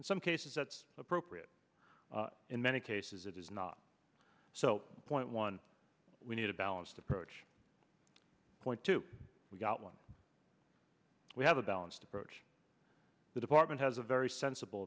in some cases that's appropriate in many cases it is not so point one we need a balanced approach point two we've got one we have a balanced approach the department has a very sensible